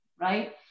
right